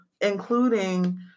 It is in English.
including